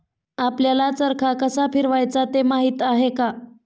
आपल्याला चरखा कसा फिरवायचा ते माहित आहे का?